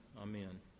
Amen